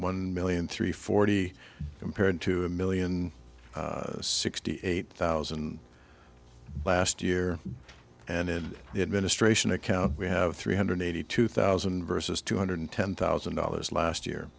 one million three forty compared to a million sixty eight thousand last year and in the administration account we have three hundred eighty two thousand versus two hundred ten thousand dollars last year